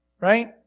right